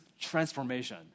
transformation